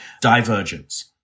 divergence